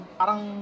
parang